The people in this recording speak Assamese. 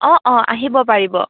অঁ অঁ আহিব পাৰিব